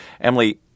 Emily